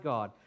God